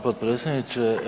potpredsjedniče.